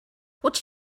what